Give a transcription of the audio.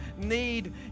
need